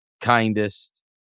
kindest